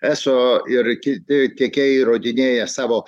eso ir kiti tiekėjai įrodinėja savo